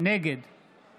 נגד